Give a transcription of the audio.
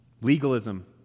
Legalism